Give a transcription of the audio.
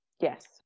Yes